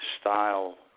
style